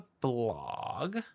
blog